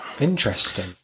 Interesting